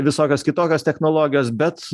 visokios kitokios technologijos bet